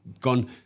gone